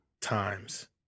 times